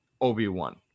Obi-Wan